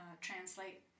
Translate